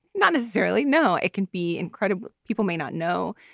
not necessarily, no. it can be incredible. people may not know.